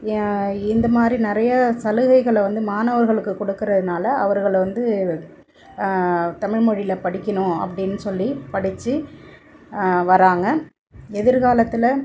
ஏன் இந்த மாதிரி நிறைய சலுகைகளை வந்து மாணவர்களுக்கு கொடுக்குறதுனால அவர்களை வந்து தமிழ்மொழியில் படிக்கணும் அப்படின் சொல்லி படித்து வராங்க எதிர்காலத்தில்